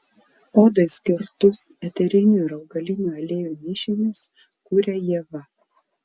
odai skirtus eterinių ir augalinių aliejų mišinius kuria ieva